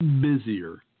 busier